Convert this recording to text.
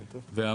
תוקידידס,